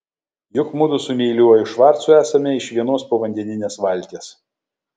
juk mudu su meiliuoju švarcu esame iš vienos povandeninės valties